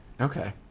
Okay